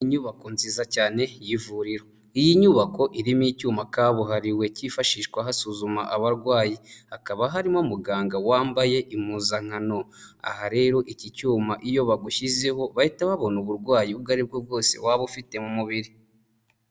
Inyubako nziza cyane y'ivuriro iyi nyubako irimo icyuma kabuhariwe kifashishwa hasuzuma abarwayi hakaba harimo n'umuganga wambaye impuzankano aha rero iki cyuma iyo bagushyizeho bahita babona uburwayi ubwo aribwo bwose waba ufite mu mubiri.